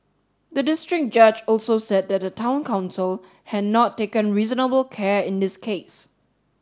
the district judge also said that the Town Council had not taken reasonable care in this case